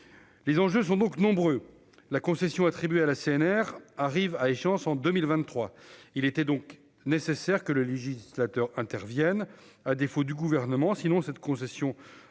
les enjeux sont donc nombreux la concession attribuée à la CNR arrive à échéance en 2023, il était donc nécessaire que le législateur intervienne à défaut du gouvernement sinon cette concession aurait